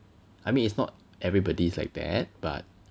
I mean it's not everybody's like that but